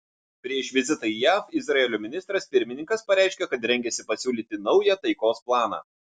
prieš vizitą į jav izraelio ministras pirmininkas pareiškė kad rengiasi pasiūlyti naują taikos planą